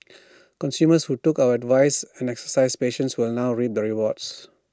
consumers who took our advice and exercised patience will now reap the rewards